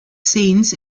scenes